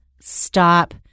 stop